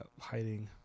hiding